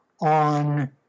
on